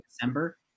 December